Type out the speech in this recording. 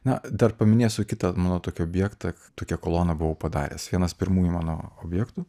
na dar paminėsiu kitą nu tokį objektą tokią koloną buvau padaręs vienas pirmųjų mano objektų